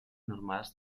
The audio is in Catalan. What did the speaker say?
normals